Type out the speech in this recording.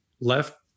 left